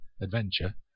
adventure